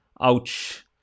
Ouch